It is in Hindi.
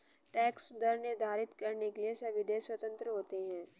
टैक्स दर निर्धारित करने के लिए सभी देश स्वतंत्र होते है